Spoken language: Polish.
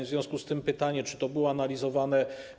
W związku z tym pytanie: Czy to było analizowane?